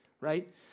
Right